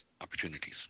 opportunities